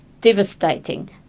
devastating